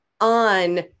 on